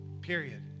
period